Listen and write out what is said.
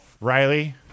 Riley